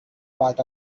part